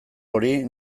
hori